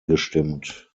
gestimmt